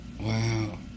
Wow